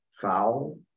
foul